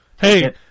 Hey